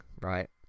right